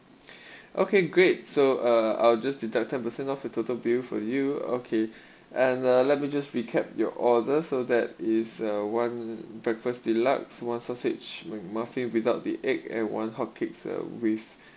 okay great so uh I will just deduct ten percent of your total bill for you okay and uh let me just recap your order so that is uh one breakfast deluxe one sausage mac muffin without the egg and one hotcakes uh with